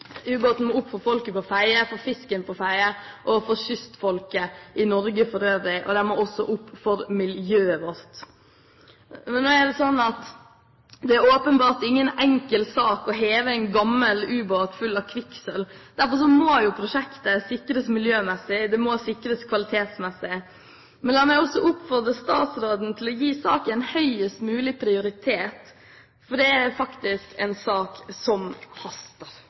må opp for folket på Fedje, for fisken ved Fedje og for kystfolket i Norge for øvrig, og den må også opp for miljøet vårt. Nå er det åpenbart ingen enkel sak å heve en gammel ubåt full av kvikksølv. Derfor må prosjektet sikres miljømessig, og det må sikres kvalitetsmessig. Men la meg også oppfordre statsråden til å gi saken høyest mulig prioritet, for det er faktisk en sak som haster.